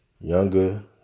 younger